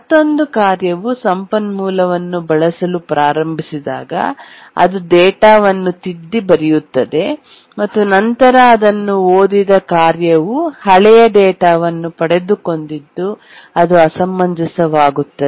ಮತ್ತೊಂದು ಕಾರ್ಯವು ಸಂಪನ್ಮೂಲವನ್ನು ಬಳಸಲು ಪ್ರಾರಂಭಿಸಿದಾಗ ಅದು ಡೇಟಾವನ್ನು ತಿದ್ದಿ ಬರೆಯುತ್ತದೆ ಮತ್ತು ನಂತರ ಅದನ್ನು ಓದಿದ ಕಾರ್ಯವು ಹಳೆಯ ಡೇಟಾವನ್ನು ಪಡೆದುಕೊಂಡಿದ್ದು ಅದು ಅಸಮಂಜಸವಾಗುತ್ತದೆ